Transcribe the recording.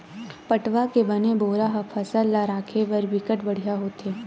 पटवा के बने बोरा ह फसल ल राखे बर बिकट बड़िहा होथे